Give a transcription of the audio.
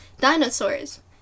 dinosaurs